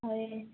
ହଁ ଏ